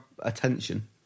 attention